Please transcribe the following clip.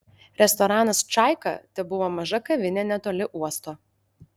restoranas čaika tebuvo maža kavinė netoli uosto